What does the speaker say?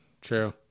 True